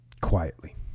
quietly